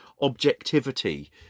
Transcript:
objectivity